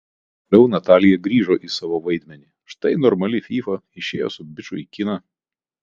bet pagaliau natalija grįžo į savo vaidmenį štai normali fyfa išėjo su biču į kiną